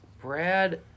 Brad